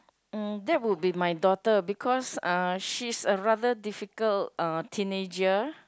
mm that would be my daughter because uh she is a rather difficult uh teenager